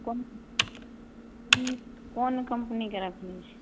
कोन कोन कम्पनीके रखने छी